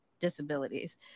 disabilities